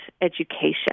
education